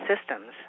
systems